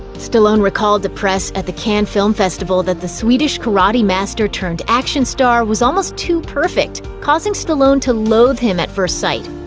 stallone recalled to press at the cannes film festival that the swedish karate master-turned-action star was almost too perfect, causing stallone to loathe him at first sight.